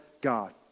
God